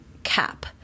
cap